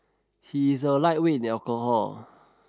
he is a lightweight in alcohol